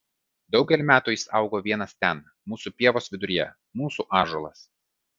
daugelį metų jis augo vienas ten mūsų pievos viduryje mūsų ąžuolas